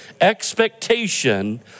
Expectation